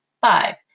Five